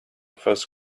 first